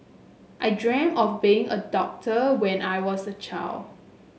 I dreamt of being a doctor when I was a child